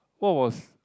what was